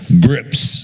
grips